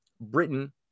Britain